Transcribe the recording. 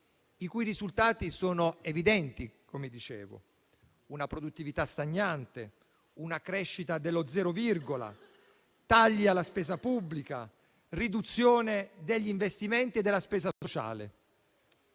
I risultati sono evidenti, come dicevo: una produttività stagnante, una crescita dello zero virgola, tagli alla spesa pubblica e riduzione degli investimenti e della spesa sociale.